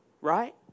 right